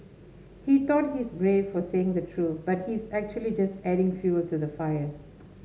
he thought he's brave for saying the truth but he's actually just adding fuelled to the fire